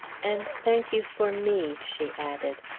and thank you for me, she added.